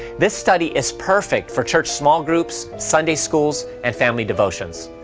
this study is perfect for church small groups, sunday schools, and family devotions.